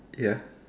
ya